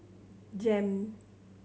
JEM